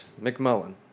McMullen